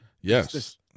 yes